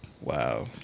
Wow